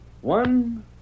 One